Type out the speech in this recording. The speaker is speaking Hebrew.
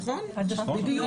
נכון, בדיוק.